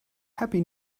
happy